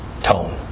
tone